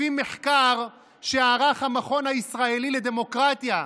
לפי מחקר שערך המכון הישראלי לדמוקרטיה,